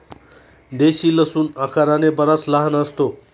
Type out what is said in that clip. देशी लसूण आकाराने बराच लहान असतो